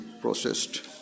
processed